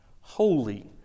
holy